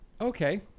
Okay